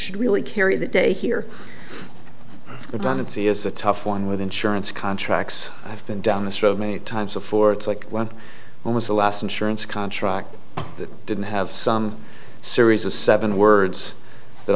should really carry the day here abundance he is a tough one with insurance contracts i've been down this road many times before it's like one when was the last insurance contract that didn't have some series of seven words that